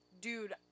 dude